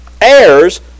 heirs